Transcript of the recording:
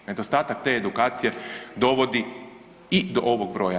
Nedostatak te edukacije dovodi i do ovog broja.